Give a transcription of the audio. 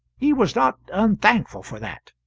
he was not unthankful for that.